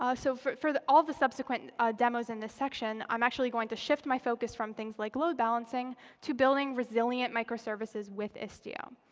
um so for for all the subsequent demos in this section, i'm actually going to shift my focus from things like load balancing to building resilient microservices with istio.